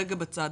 רגע בצד.